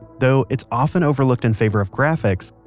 though it's often overlooked in favor of graphics,